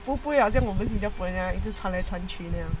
不会像我们新加坡人这样一直传来传去那样